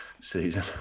season